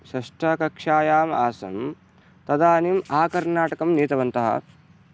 षष्ठकक्षायाम् आसम् तदानीम् आकर्नाटकं नीतवन्तः